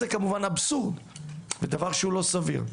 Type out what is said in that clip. זה כמובן אבסורד ודבר לא סביר.